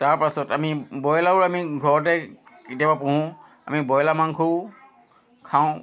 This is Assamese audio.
তাৰ পাছত আমি বইলাৰো আমি ঘৰতে কেতিয়াবা পুহোঁ আমি বইলাৰ মাংসও খাওঁ